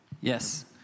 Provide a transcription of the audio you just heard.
yes